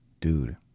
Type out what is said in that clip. dude